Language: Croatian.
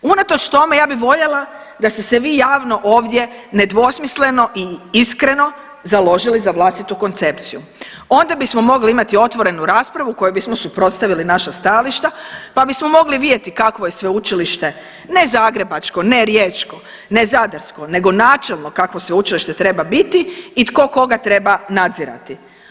Unatoč tome ja bih voljela da ste se vi javno ovdje nedvosmisleno i iskreno založili za vlastitu koncepciju, onda bismo mogli imati otvorenu raspravu u kojoj bismo suprotstavili naša stajališta, pa bismo mogli vidjeti kakvo je sveučilište ne zagrebačko, ne riječko, ne zadarsko, nego načelno kakvo sveučilište treba biti i tko koga treba nadzirati.